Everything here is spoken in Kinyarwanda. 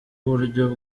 uburyo